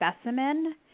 specimen